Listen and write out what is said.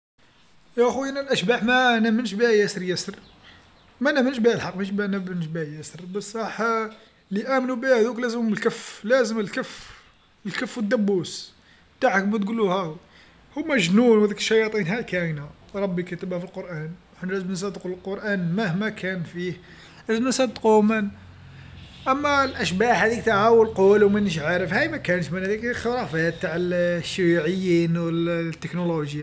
آخويا أنا الأشباح ما نآمنش بيها ياسر ياسر، مانآمنش بيه الحق بصح اللي يآمنو بيها هاذوك لازملهم الكف لازم الكف، الكف والدبوس، تحكمو تقولو ها هو، هوما الجنون وهاذوك الشياطين ها كاينة، ربي كاتبها فالقرآن، لازم نصدقو القرآن مهما كان فيه، لازم نصدقو، أما الأشباح هاذيك تاعها والقول ومانيش عارف هاي ماكانش منها هاذيك غي الخرافات تاع ال- الشيوعيين وال- التكنولوجيا.